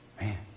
Man